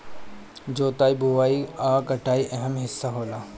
जोताई बोआई आ कटाई अहम् हिस्सा होला